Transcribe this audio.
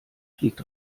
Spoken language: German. fliegt